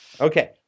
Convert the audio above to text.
Okay